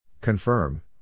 Confirm